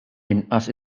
inqas